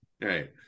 Right